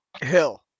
Hill